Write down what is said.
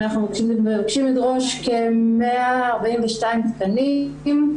אנחנו מבקשים לדרוש כ-142 תקנים,